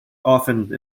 often